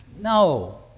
no